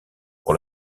pour